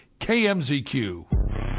KMZQ